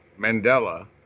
Mandela